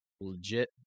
legit